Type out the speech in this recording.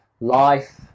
life